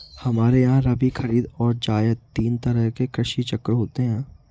हमारे यहां रबी, खरीद और जायद तीन तरह के कृषि चक्र होते हैं